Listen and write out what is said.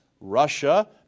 Russia